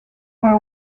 orr